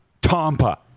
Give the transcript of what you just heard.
Tampa